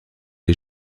est